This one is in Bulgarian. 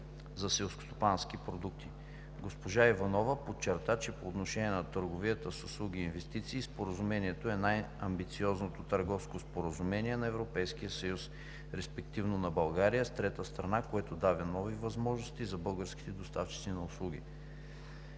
за селскостопански продукти. Госпожа Иванова подчерта, че по отношение на търговията с услуги и инвестиции Споразумението е най-амбициозното търговско споразумение на Европейския съюз, респективно на България с трета страна, което дава нови възможности за българските доставчици на услуги.